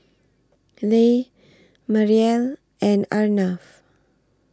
Les Mariel and Arnav